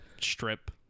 strip